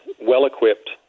well-equipped